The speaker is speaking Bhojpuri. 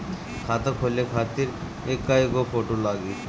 खाता खोले खातिर कय गो फोटो लागी?